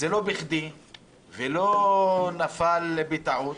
ולא בכדי ולא בטעות,